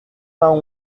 vingt